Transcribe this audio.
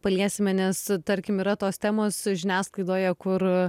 paliesime nes tarkim yra tos temos žiniasklaidoje kur